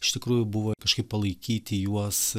iš tikrųjų buvo kažkaip palaikyti juos